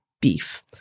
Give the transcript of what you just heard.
beef